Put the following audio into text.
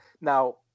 now